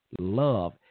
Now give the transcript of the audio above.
love